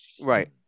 Right